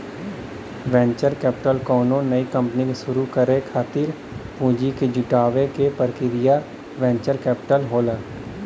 venture capital कउनो नई company के शुरू करे खातिर पूंजी क जुटावे क प्रक्रिया वेंचर कैपिटल होला